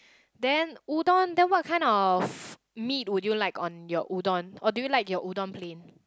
then udon they were kind of meat would you like on your udon or do you like your udon plain